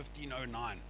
1509